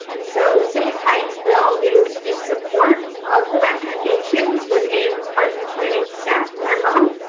and so the city of hyattsville is in support of the recommendations within park and planning staff memo.